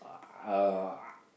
uh